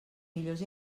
millors